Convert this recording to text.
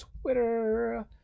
Twitter